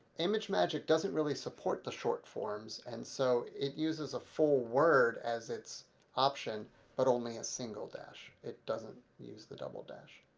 imagemagick doesn't really support the short forms and so it uses a full word as its option but only a single dash. it doesn't use the double dash.